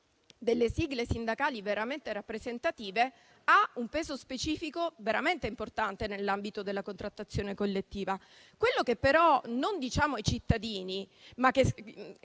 delle sigle sindacali veramente rappresentative ha un peso specifico veramente importante nell'ambito della contrattazione collettiva. Quello che però non diciamo ai cittadini - che